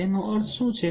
તેનો અર્થ શું છે